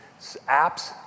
apps